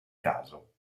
caso